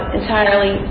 entirely